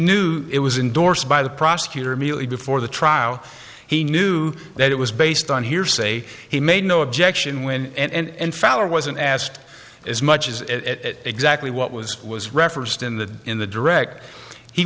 knew it was indorsed by the prosecutor immediately before the trial he knew that it was based on hearsay he made no objection when and fowler wasn't asked as much as it exactly what was was referenced in the in the direct he